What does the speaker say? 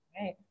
Right